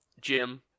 Jim